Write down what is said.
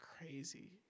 crazy